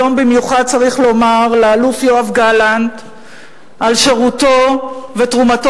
היום במיוחד צריך לומר לאלוף יואב גלנט על שירותו ותרומתו